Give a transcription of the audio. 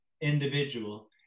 individual